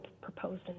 proposed